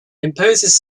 imposes